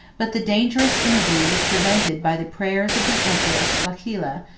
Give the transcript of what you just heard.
but the dangerous interview was prevented by the prayers of the empress flaccilla,